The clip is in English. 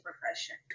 profession